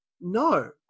no